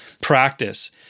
practice